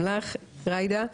תודה רבה גם לך, ג'ידא.